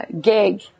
gig